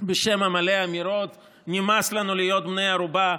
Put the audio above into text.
בשם המלא, אמירות: נמאס לנו להיות בני ערובה,